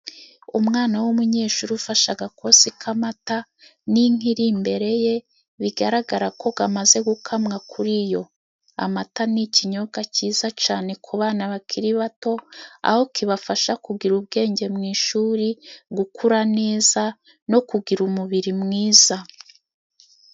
Umwana w'umunyeshuri ufashe agakosi k'amata， n'inka iri imbere ye， bigaragara ko gamaze gukamwa kuriyo， amata ni ikinyobwa ciza cane ku bana bakiri bato， aho kibafasha kugira ubwenge mu ishuri，gukura neza no kugira umubiri mwiza.